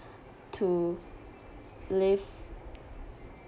to live